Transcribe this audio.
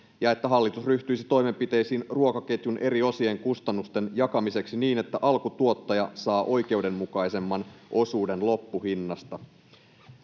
se, että hallitus ryhtyisi toimenpiteisiin ruokaketjun eri osien kustannusten jakamiseksi niin, että alkutuottaja saa oikeudenmukaisemman osuuden loppuhinnasta.